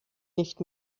nicht